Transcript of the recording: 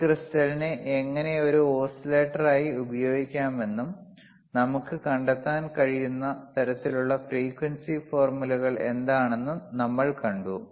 ഈ ക്രിസ്റ്റലിനെ എങ്ങനെ ഒരു ഓസിലേറ്ററായി ഉപയോഗിക്കാമെന്നും നമുക്ക് കണ്ടെത്താൻ കഴിയുന്ന തരത്തിലുള്ള ഫ്രീക്വൻസി ഫോർമുലകൾ എന്താണെന്നും നമ്മൾ കണ്ടു